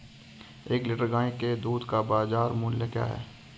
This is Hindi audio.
एक लीटर गाय के दूध का बाज़ार मूल्य क्या है?